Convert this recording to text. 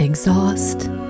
Exhaust